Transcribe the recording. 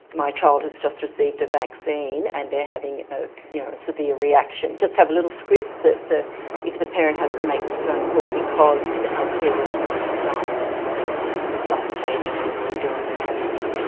my child has just received a vaccine and they're having a you know severe reaction just have a little script that if the parent has to make the phone call because the healthcare worker is um resuscitating and doing the adrenalin.